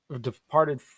departed